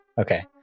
Okay